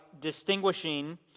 distinguishing